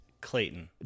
clayton